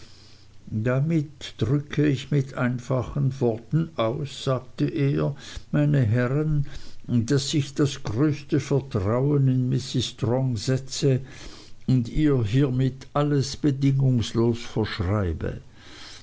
damit drücke ich mit einfachen worten aus sagte er meine herrn daß ich das größte vertrauen in mrs strong setze und ihr hiermit alles bedingunglos verschreibe